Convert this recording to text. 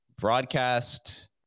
broadcast